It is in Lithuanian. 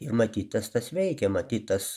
ir matyt tas tas veikia matyt tas